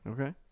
Okay